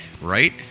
right